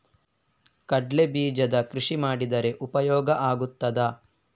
ಕಡ್ಲೆ ಬೀಜದ ಕೃಷಿ ಮಾಡಿದರೆ ಉಪಯೋಗ ಆಗುತ್ತದಾ?